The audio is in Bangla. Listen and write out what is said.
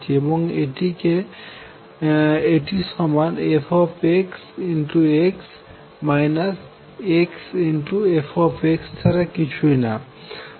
এবং এটি সমান fx xf ছাড়া কিছুই না